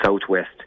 southwest